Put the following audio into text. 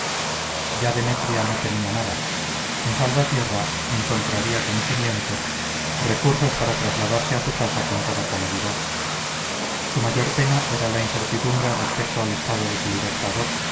no temía nada en salvatierra encontraría conocimientos recursos para trasladarse a su casa con toda comodidad su mayor pena era la incertidumbre respecto al estado de su libertador